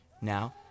Now